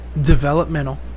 developmental